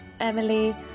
Emily